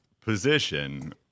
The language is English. position